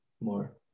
more